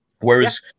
Whereas